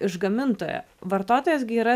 iš gamintojo vartotojas gi yra